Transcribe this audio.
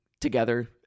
together